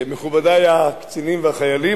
מכובדי הקצינים והחיילים,